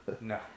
no